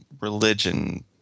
religion